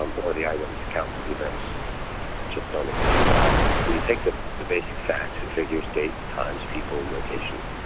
um or the eyewitness accounts of the events just don't exist at all so you take the the basic facts and figures, dates, times, people, locations.